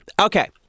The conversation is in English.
Okay